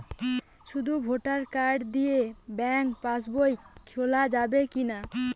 শুধু voter card দিয়ে bank pass বই খোলা যাবে কিনা?